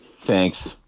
thanks